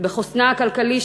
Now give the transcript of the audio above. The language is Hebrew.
בחוסנה הכלכלי,